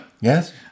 Yes